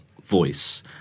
voice